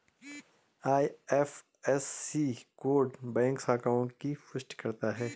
IFSC code bank शाखाओं की पुष्टि करता है